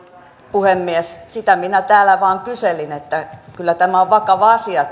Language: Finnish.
puhemies sitä minä täällä vain kyselin että kyllä tämä eläkkeensaajien toimeentulo on vakava asia